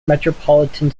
metropolitan